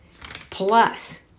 Plus